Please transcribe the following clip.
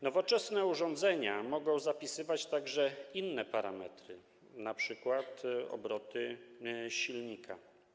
Nowoczesne urządzenia mogą zapisywać także inne parametry, np. obroty silnika.